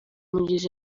mugezi